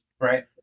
Right